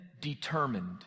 determined